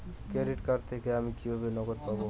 Credit card থেকে আমি কিভাবে নগদ পাব?